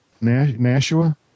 Nashua